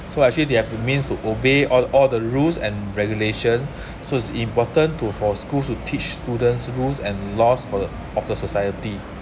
so actually they have the means to obey all all the rules and regulation so it's important to for schools to teach students rules and laws for the of the society